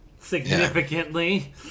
Significantly